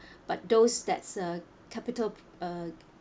but those that's a capital uh